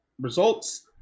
results